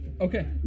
Okay